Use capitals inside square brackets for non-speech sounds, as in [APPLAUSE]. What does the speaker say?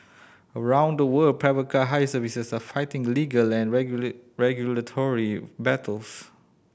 around the world private car hire services are fighting legal and [UNINTELLIGIBLE] regulatory battles